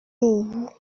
ubu